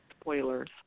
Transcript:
spoilers